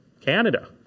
Canada